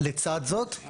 לצד זאת,